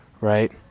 right